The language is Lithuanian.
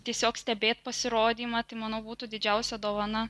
tiesiog stebėt pasirodymą tai manau būtų didžiausia dovana